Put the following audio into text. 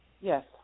Yes